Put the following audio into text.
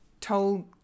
told